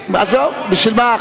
עזוב, בשביל מה?